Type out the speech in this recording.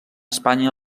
espanya